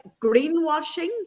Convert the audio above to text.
greenwashing